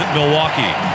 Milwaukee